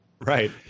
Right